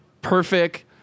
perfect